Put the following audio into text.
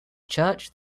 church